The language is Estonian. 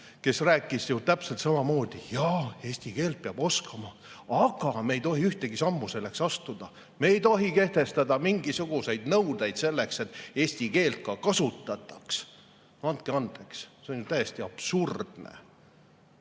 Ta rääkis ju täpselt samamoodi: jaa, eesti keelt peab oskama, aga me ei tohi ühtegi sammu selleks astuda, me ei tohi kehtestada mingisuguseid nõudeid selleks, et eesti keelt ka kasutataks. Andke andeks, see on ju täiesti absurdne!